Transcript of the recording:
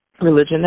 religion